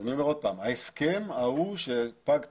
אז אני אומר עוד פעם, ההסכם ההוא שפג תוקף,